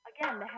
again